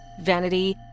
Vanity